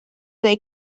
they